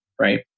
Right